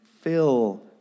fill